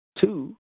Two